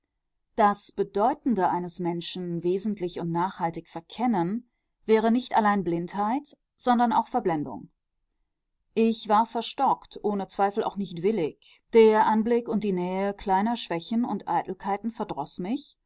das bedeutende eines menschen wesentlich und nachhaltig verkennen wäre nicht allein blindheit sondern auch verblendung ich war verstockt ohne zweifel auch nicht willig der anblick und die nähe kleiner schwächen und eitelkeiten verdroß mich